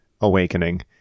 Awakening